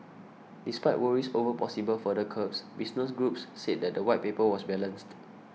despite worries over possible further curbs business groups said that the White Paper was balanced